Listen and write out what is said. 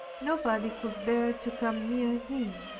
nobody could bear to come near him.